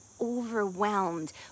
overwhelmed